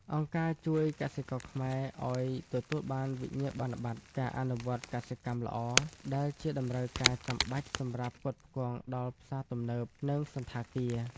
អង្គការជួយកសិករខ្មែរឱ្យទទួលបានវិញ្ញាបនបត្រការអនុវត្តកសិកម្មល្អ ដែលជាតម្រូវការចាំបាច់សម្រាប់ផ្គត់ផ្គង់ដល់ផ្សារទំនើប និងសណ្ឋាគារ។